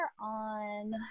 on